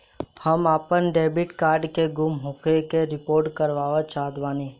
हम आपन debit card के गुम होखे के रिपोर्ट करवाना चाहत बानी